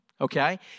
okay